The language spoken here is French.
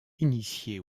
initiée